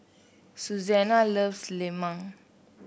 Susanna loves lemang